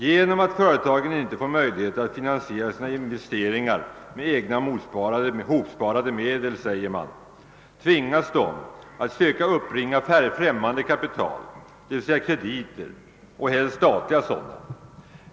Genom att företagen inte får möjligheter att finansiera sina investeringar med egna hopsparade medel tvingas de, säger man, att söka uppbringa främmande kapital, d. v. s. krediter och helst statliga sådana.